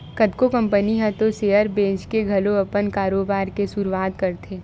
कतको कंपनी ह तो सेयर बेंचके घलो अपन कारोबार के सुरुवात करथे